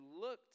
looked